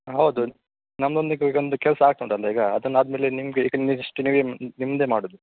ಹಾಂ ಹೌದು ನಮ್ಮದೊಂದು ಈಗೊಂದು ಕೆಲಸ ಆಗ್ತಾ ಉಂಟಲ್ಲ ಈಗ ಅದನ್ನಾದ ಮೇಲೆ ನಿಮಗೆ ನೆಸ್ಟ್ ನೀವೇ ನಿಮ್ಮದೇ ಮಾಡುವುದು